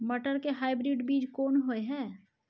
मटर के हाइब्रिड बीज कोन होय है?